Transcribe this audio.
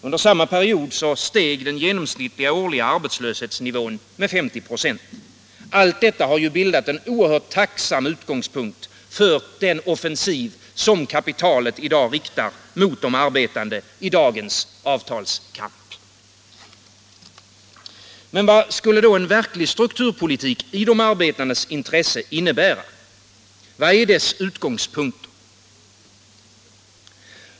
Under samma period steg den genomsnittliga årliga arbetslöshetsnivån med 50 96 — allt en tacksam utgångspunkt för kapitalets offensiv i dagens avtalskamp. Men vad innebär då en verklig strukturpolitik i de arbetandes intresse? Vilka är dess utgångspunkter?